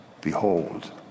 Behold